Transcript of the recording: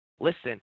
listen